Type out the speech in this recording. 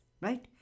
Right